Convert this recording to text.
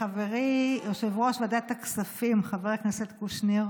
חברי יושב-ראש ועדת הכספים חבר הכנסת קושניר,